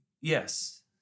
Yes